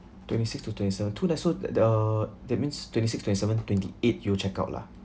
twenty sixth to twenty seventh two nights so that that uh that means twenty sixth twenty seventh twenty eighth you check out lah